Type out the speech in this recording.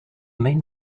mean